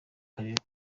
karere